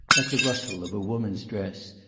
like the rustle of a woman's dress,